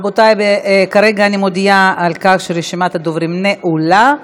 רבותי, כרגע אני מודיעה שרשימת הדוברים נעולה.